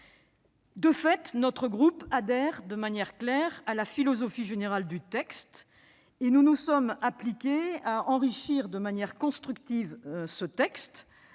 De fait, notre groupe adhère de manière claire à sa philosophie générale, et nous nous sommes appliqués à l'enrichir de manière constructive. Je